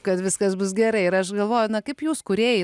kad viskas bus gerai ir aš galvoju na kaip jūs kūrėjai